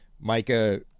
Micah